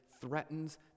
threatens